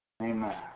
Amen